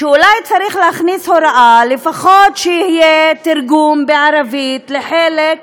ואולי צריך להכניס הוראה שיהיה תרגום בערבית לפחות לחלק